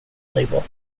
label